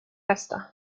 festa